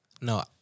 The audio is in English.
No